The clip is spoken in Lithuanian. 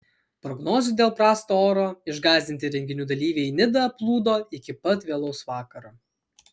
prognozių dėl prasto oro išgąsdinti renginių dalyviai į nidą plūdo iki pat vėlaus vakaro